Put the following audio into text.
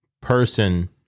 person